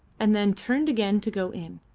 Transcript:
and then turned again to go in,